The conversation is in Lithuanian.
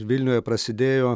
vilniuje prasidėjo